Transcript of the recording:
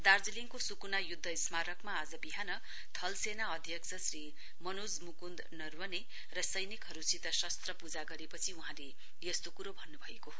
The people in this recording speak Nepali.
दार्जीलिङको सुकुना युध्द स्मारकमा थलसेना अध्यक्ष श्री मनोज मुकुंद नरवणे र सैनिकहरुसित शस्त्र पूजा गरेपछि वहाँले यस्तो कुरो भन्नुभएको हो